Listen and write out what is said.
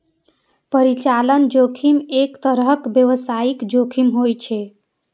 परिचालन जोखिम एक तरहक व्यावसायिक जोखिम होइ छै